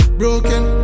broken